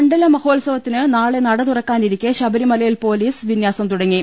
മണ്ഡല മഹോത്സവത്തിന് മുന്നോടിയായി നാളെ നടതുറ ക്കാനിരിക്കെ ശബരിമലയിൽ പൊലീസ് വിന്യാസം തുടങ്ങി